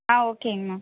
ஆ ஓகேங்கமா